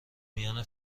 میان